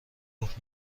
گفت